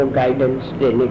guidance